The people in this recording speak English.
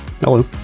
Hello